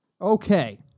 Okay